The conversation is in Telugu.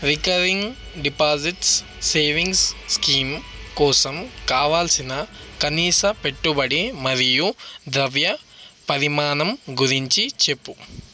రికరింగ్ డిపాజిట్స్ సేవింగ్స్ స్కీమ్ కోసం కావలసిన కనీస పెట్టుబడి మరియు ద్రవ్య పరిమాణం గురించి చెప్పు